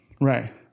Right